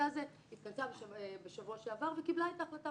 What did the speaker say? הזה התכנסה בשבוע שעבר וקיבלה את ההחלטה,